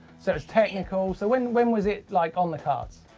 so it was technical, so when when was it like on the cards?